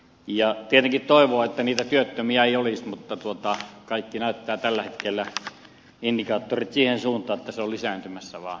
tietenkin toivoo että niitä työttömiä ei olisi mutta kaikki indikaattorit näyttävät tällä hetkellä siihen suuntaan että työttömyys on lisääntymässä vaan